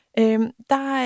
Der